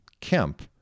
Kemp